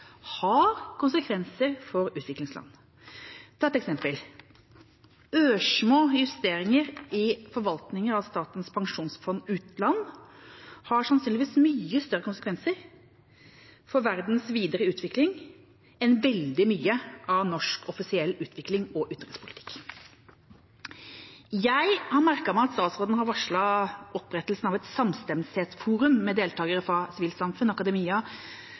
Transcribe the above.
har konsekvenser for utviklingslandene. Et eksempel: Ørsmå justeringer i forvaltningen av Statens pensjonsfond utland har sannsynligvis mye større konsekvenser for verdens videre utvikling enn veldig mye av norsk offisiell utviklings- og utenrikspolitikk. Jeg har merket meg at statsråden har varslet opprettelsen av et samstemthetsforum med deltakere fra sivilt samfunn, akademia,